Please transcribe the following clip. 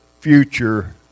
future